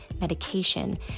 medication